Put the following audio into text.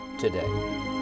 today